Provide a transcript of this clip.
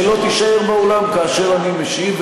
שהיא לא תישאר באולם כאשר אני משיב.